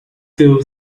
still